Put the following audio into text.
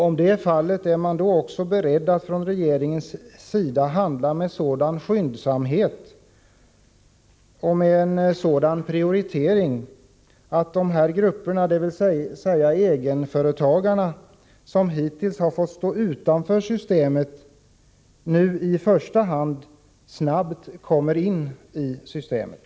Är man i så fall också beredd att från regeringens sida handla med sådan skyndsamhet och med en sådan prioritering att den grupp som hittills fått stå utanför systemet, dvs. egenföretagarna, nu i första hand snabbt kommer in i systemet?